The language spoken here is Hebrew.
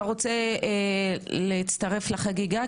אתה רוצה להצטרף לחגיגה?